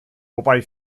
wobei